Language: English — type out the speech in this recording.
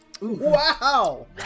Wow